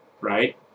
right